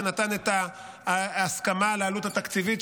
שנתן את ההסכמה לעלות תקציבית,